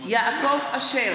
יעקב אשר,